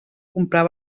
comprar